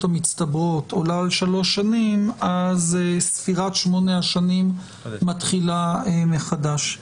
המצטברות עולה על שלוש שנים אז ספירת שמונה השנים מתחילה מחדש.